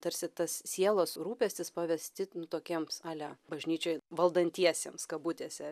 tarsi tas sielos rūpestis pavestit tokiems ale bažnyčioje valdantiesiems kabutėse